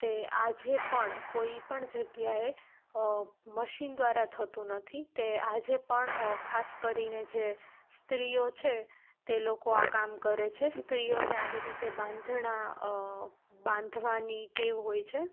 તે આજે પણ કોઈપણ જગ્યાએ મશીન દ્વારા થતું નથી તે આજે પણ ખાસ કરીને જે સ્ત્રીઓ છે તે લોકો આ કામ કરે છે સ્ત્રીઓને આવી રીતે બાંધણા બાંધવાની ટેવ હોય છે